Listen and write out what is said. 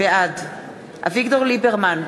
בעד אביגדור ליברמן,